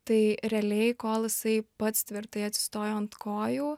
tai realiai kol jisai pats tvirtai atsistojo ant kojų